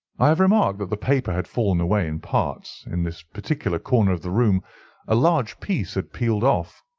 i have remarked that the paper had fallen away in parts. in this particular corner of the room a large piece had peeled off,